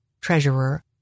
Treasurer